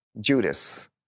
Judas